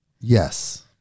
Yes